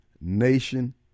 nation